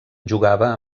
jugava